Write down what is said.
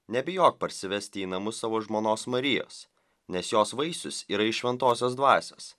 nebijok parsivesti į namus savo žmonos marijos nes jos vaisius yra iš šventosios dvasios